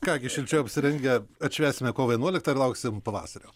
ką gi šilčiau apsirengę atšvęsime kovo vienuoliktą ir lauksim pavasario